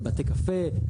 לבתי קפה,